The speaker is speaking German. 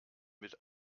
mit